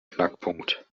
knackpunkt